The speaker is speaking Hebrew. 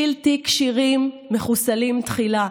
בלתי כשירים מחוסלים תחילה,